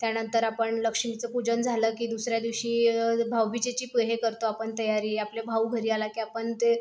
त्यानंतर आपण लक्ष्मीचं पूजन झालं की दुसऱ्या दिवशी भाऊबीजेची पु हे करतो आपण तयारी आपले भाऊ घरी आला की आपण ते